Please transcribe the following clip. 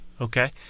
Okay